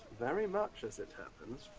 very much, as it happens!